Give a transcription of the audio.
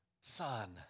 son